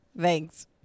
thanks